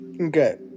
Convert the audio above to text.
Okay